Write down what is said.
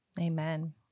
Amen